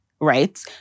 right